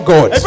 God